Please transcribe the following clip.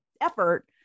effort